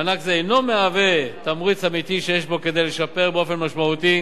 מענק זה אינו מהווה תמריץ אמיתי שיש בו כדי לשפר באופן משמעותי